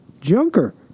junker